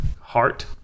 heart